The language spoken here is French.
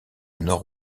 nord